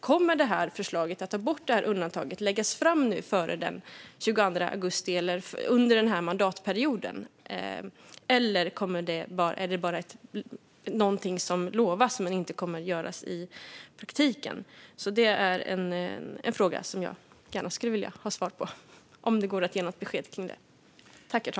Kommer det här förslaget om att ta bort undantaget att läggas fram före den 22 augusti eller i alla fall under den här mandatperioden, eller är det bara någonting som lovas men som inte kommer att göras i praktiken? Det är en fråga som jag gärna skulle vilja ha svar på om det går att ge något besked om detta.